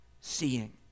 seeing